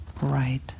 right